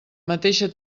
mateixa